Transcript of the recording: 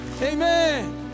Amen